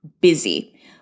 busy